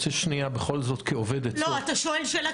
בכל זאת כאובד עצות --- אתה שואל שאלה?